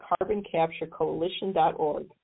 carboncapturecoalition.org